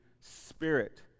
Spirit